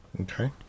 Okay